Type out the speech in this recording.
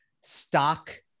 stock